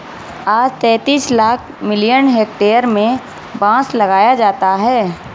आज तैंतीस lakh million hectare में बांस लगाया जाता है